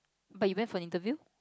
but you went for interview